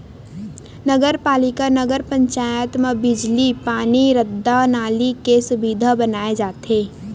नगर पालिका, नगर पंचायत म बिजली, पानी, रद्दा, नाली के सुबिधा बनाए जाथे